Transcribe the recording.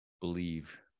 believe